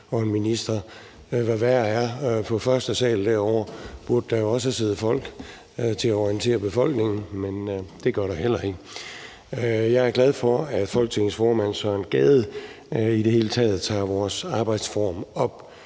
og en minister. Hvad værre er, burde der på første sal derovre også sidde folk til at orientere befolkningen, men det gør der heller ikke. Jeg er glad for, at Folketingets formand i det hele taget tager vores arbejdsform op.